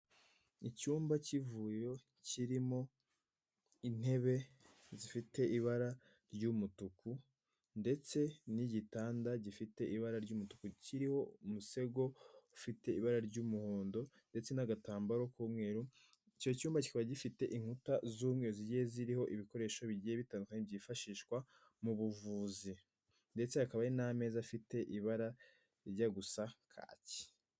Icyumba cy'ivuriro kirimo intebe zifite ibara ry'umutuku ndetse n'igitanda gifite ibara ry'umutuku kiriho umusego ufite ibara ry'umuhondo ndetse n'agatambaro k'umweru, icyo cyumba kikaba gifite inkuta z'umweru zigiye ziriho ibikoresho bigiye bitandukanye byifashishwa mu buvuzi, Ndetse hakaba n'ameza afite ibara rijya gusa kaki.